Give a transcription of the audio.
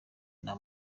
nta